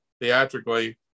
theatrically